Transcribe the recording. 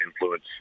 influence